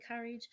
courage